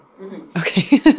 Okay